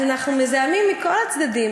אז אנחנו מזהמים מכל הצדדים.